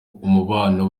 umubano